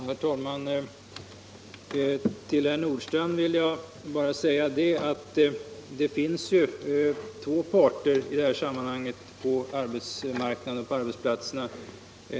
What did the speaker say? Herr talman! Till herr Nordstrandh vill jag bara säga att det finns två parter i sammanhanget, nämligen arbetsgivarna och arbetstagarna.